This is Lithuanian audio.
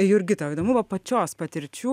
jurgita įdomu va pačios patirčių